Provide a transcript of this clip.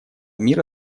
мир